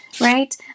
right